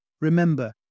Remember